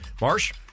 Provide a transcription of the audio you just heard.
Marsh